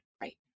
right